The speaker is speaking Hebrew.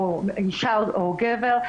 אישה או גבר,